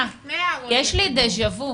לי דז'ה וו,